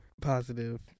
positive